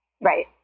Right